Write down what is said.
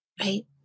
Right